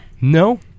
No